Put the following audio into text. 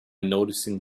noticing